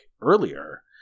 earlier